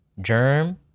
Germ